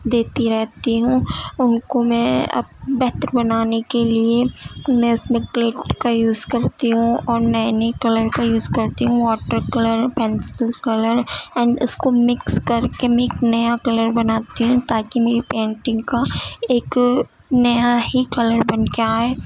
دیتی رہتی ہوں ان کو میں اب بہتر بنانے کے لیے میں اس میں کا یوز کرتی ہوں اور نئے نئے کلر کا یوز کرتی ہوں water colour pencils colour and اس کو مکس کر کے میں ایک نیا کلر بناتی ہوں تاکہ میری پینٹنگ کا ایک نیا ہی کلر بن کے آئے